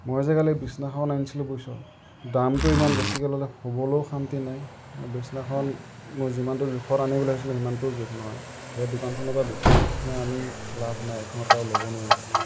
মই যে কালি বিচনাখন আনিছিলো বুইছ দামটো ইমান বেছিকৈ ল'লে শুবলৈও শান্তি নাই বিচনাখন মই যিমানটো জোখত আনিম বুলি ভাবিছিলো সিমানটোও জোখ নহয় সেই দোকানখনৰ পৰা বিচনা চিছনা আনি লাভ নাই এইখনৰ পৰা আৰু ল'ব নোৱাৰি